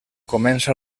comença